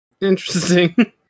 Interesting